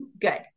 Good